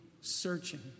searching